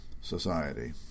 society